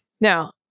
Now